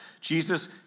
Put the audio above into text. Jesus